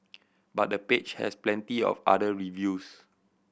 but the page has plenty of other reviews